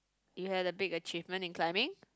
you had a big achievement in climbing